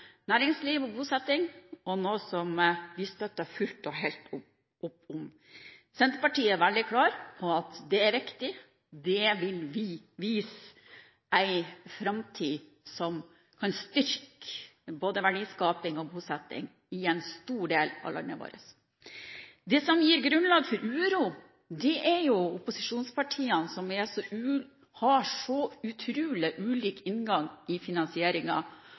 næringsliv og bosetting, og det er noe vi støtter fullt og helt opp om. Senterpartiet er veldig klar på at det er viktig, det vil vise en framtid som kan styrke både verdiskaping og bosetting i en stor del av landet vårt. Det som gir grunnlag for uro, er opposisjonspartiene, som har så utrolig ulik inngang